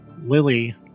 Lily